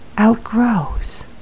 outgrows